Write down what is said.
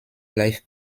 life